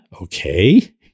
Okay